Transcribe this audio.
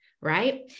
right